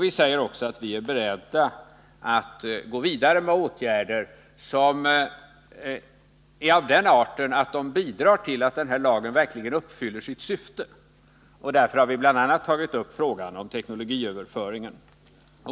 Vi säger också att Sverige bör vara berett att gå vidare med åtgärder som är av den arten att de bidrar till att lagen verkligen uppfyller sitt syfte. Därför har vi bl.a. tagit upp frågan om teknologiöverföringar.